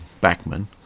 backman